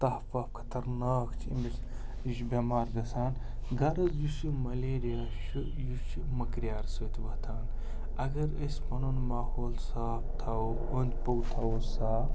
تَپھ وَپھ خطرناک چھِ أمِس یہِ چھُ بٮ۪مار گَژھان غرض یُس یہِ مَلیریا چھُ یہِ چھُ مٔکرِیٛار سۭتۍ وۄتھان اَگَر أسۍ پَنُن ماحول صاف تھاوَو اوٚنٛد پوٚک تھاوَو صاف